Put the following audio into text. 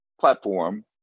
platform